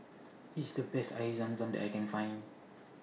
This IS The Best Air Zam Zam that I Can Find